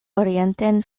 orienten